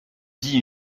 dit